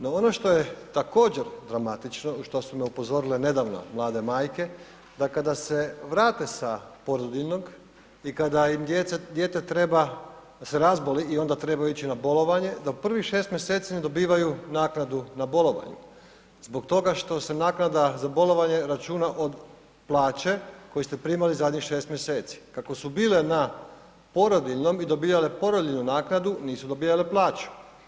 No, ono što je također dramatično, što su me upozorile nedavno mlade majke da kada se vrate sa porodiljnog i kada im dijete treba, se razboli i onda trebaju ići na bolovanje da prvih 6 mjeseci ne dobivaju naknadu na bolovanju zbog toga što se naknada za bolovanje računa od plaće koju ste primali zadnjih 6 mjeseci, kako su bile na porodiljnom i dobivale porodiljnu naknadu nisu dobivale plaću.